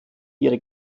ihre